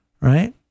right